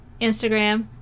Instagram